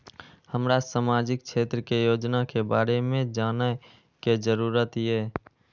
हमरा सामाजिक क्षेत्र के योजना के बारे में जानय के जरुरत ये?